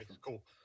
cool